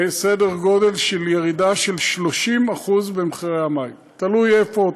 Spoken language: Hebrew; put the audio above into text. ירידה בסדר גודל של 30% תלוי איפה,